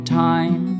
time